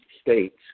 states